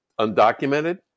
undocumented